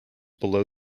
below